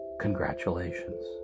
Congratulations